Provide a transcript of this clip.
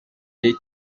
дейт